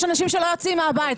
יש אנשים שלא יוצאים מהבית.